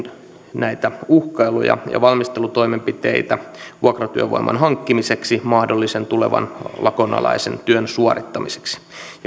näitä uhkailuja ja valmistelutoimenpiteitä vuokratyövoiman hankkimiseksi mahdollisen tulevan lakonalaisen työn suorittamiseksi